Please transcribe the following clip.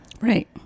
Right